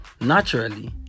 Naturally